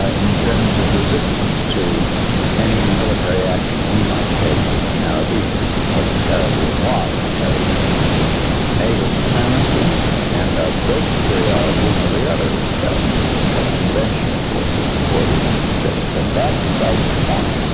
ah in terms of resistance to any military action we might take in the caribbean, because the caribbean was an area of naval supremacy and of great superiority in every other respect of conventional forces for the united states and that decisive point